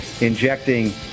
injecting